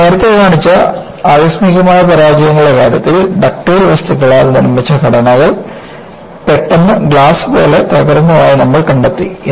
ഞാൻ നേരത്തെ കാണിച്ച ആകസ്മികമായ പരാജയങ്ങളുടെ കാര്യത്തിൽ ഡക്റ്റൈൽ വസ്തുക്കളാൽ നിർമ്മിച്ച ഘടനകൾ പെട്ടെന്ന് ഗ്ലാസ് പോലെ തകർന്നതായി നമ്മൾ കണ്ടെത്തി